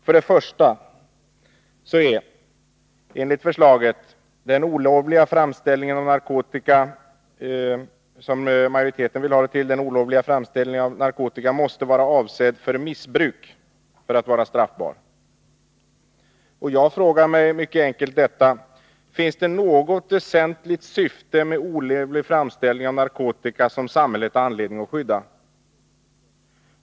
För det första måste enligt majoritetsförslaget den olovliga framställningen av narkotika för att straffbar vara avsedd för missbruk. Jag frågar mig mycket enkelt: Finns det något väsentligt syfte med olovlig framställning av narkotika som samhället har anledning att skydda?